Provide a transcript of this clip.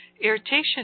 irritation